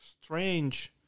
strange